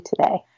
today